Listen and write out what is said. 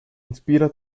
inspira